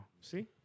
See